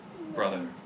brother